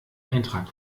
eintrag